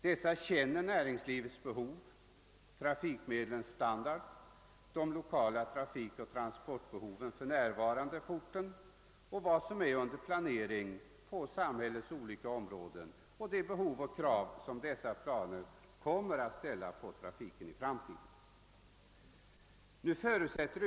Dessa känner näringslivets behov, trafikmedlens standard, de lokala trafikoch transportbehoven på orten, vad som är under planering på samhällets olika områden och de krav som kommer att ställas på trafiken i framtiden i och med genomförandet av dessa planer.